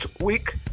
week